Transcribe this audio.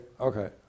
okay